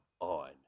on